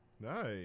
Nice